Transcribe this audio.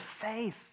faith